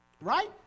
Right